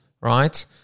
right